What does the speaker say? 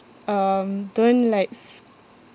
um don't like s~